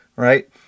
Right